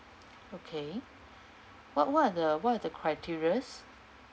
okay what what are the what are the criterias